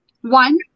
one